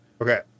Okay